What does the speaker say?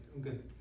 good